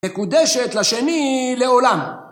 ‫מקודשת לשני לעולם.